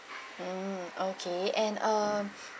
mm okay and um